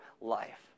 life